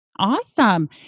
Awesome